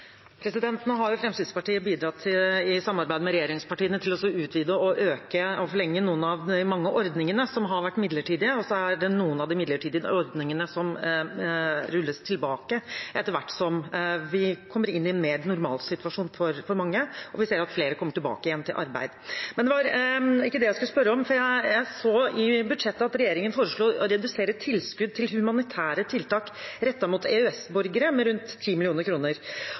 Nå har Fremskrittspartiet, i samarbeid med regjeringspartiene, bidratt til å utvide, øke og forlenge noen av de mange ordningene som har vært midlertidige, og noen av de midlertidige ordningene rulles tilbake etter hvert som vi kommer inn i en mer normal situasjon for mange, og vi ser at flere kommer tilbake igjen til arbeid. Men det var ikke det jeg skulle spørre om. For jeg så i budsjettet at regjeringen foreslår å redusere tilskudd til humanitære tiltak rettet mot EØS-borgere med rundt